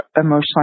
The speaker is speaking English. emotionally